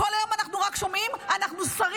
כל היום אנחנו רק שומעים: אנחנו סרים